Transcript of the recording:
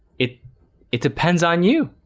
it it depends on you.